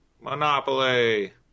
Monopoly